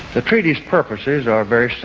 the treaty's purposes are very so